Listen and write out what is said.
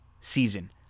Season